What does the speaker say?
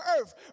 earth